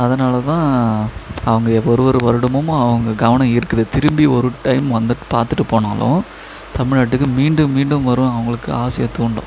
அதனால் தான் அவங்க ஒரு ஒரு வருடமும் அவங்க கவனம் ஈர்க்குது திரும்பி ஒரு டைம் வந்து பார்த்துட்டு போனாலும் தமிழ்நாட்டுக்கு மீண்டும் மீண்டும் வரணும்னு அவங்களுக்கு ஆசையை தூண்டும்